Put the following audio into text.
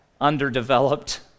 underdeveloped